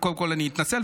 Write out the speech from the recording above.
קודם כול אני אתנצל,